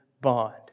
bond